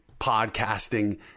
podcasting